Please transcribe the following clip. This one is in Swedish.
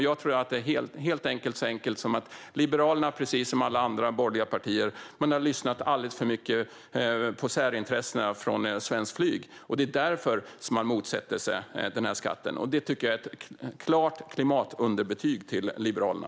Jag tror att det helt enkelt handlar om att Liberalerna, precis som alla andra borgerliga partier, har lyssnat för mycket på särintressena hos svenskt flyg, och det är därför man motsätter sig skatten. Det tycker jag är ett klart klimatunderbetyg till Liberalerna.